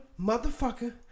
Motherfucker